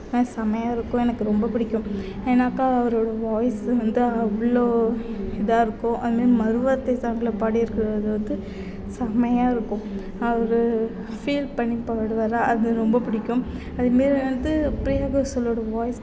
அது செமையாயிருக்கும் எனக்கு ரொம்ப பிடிக்கும் ஏன்னாக்கால் அவர் வாய்ஸ்ஸும் வந்து அவ்வளோ இதாக இருக்கும் அது மாரி மறுவார்த்தை சாங்கில் பாடி இருக்கிறது வந்து செமையாயிருக்கும் அவர் ஃபீல் பண்ணி பாடுவார் அது ரொம்ப பிடிக்கும் அது மாரி வந்து பிரியா கோஷலோட வாய்ஸ்